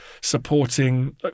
supporting